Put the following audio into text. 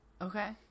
Okay